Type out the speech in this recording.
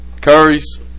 Curries